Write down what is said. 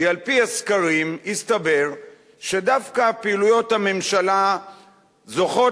כי על-פי הסקרים הסתבר שדווקא פעילויות הממשלה זוכות